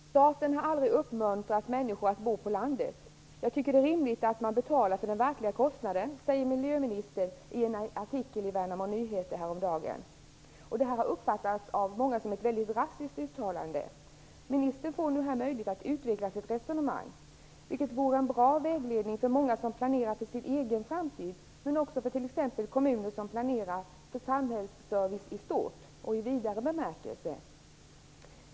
Fru talman! Jag vill ställa en fråga till statsrådet Anna Lindh. Staten har aldrig uppmuntrat människor att bo på landet. Jag tycker att det är rimligt att man betalar för den verkliga kostnaden, säger miljöministern i en artikel i Värnamo Nyheter häromdagen. Detta har uppfattats av många som ett väldigt drastiskt uttalande. Ministern får nu här möjlighet att utveckla sitt resonemang, vilket vore en bra vägledning för många som planerar för sin egen framtid, men också för t.ex. kommuner som planerar för samhällsservice i stort i vidare bemärkelse.